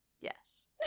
Yes